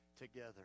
together